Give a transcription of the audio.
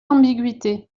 ambiguïté